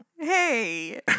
Hey